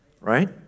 right